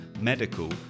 medical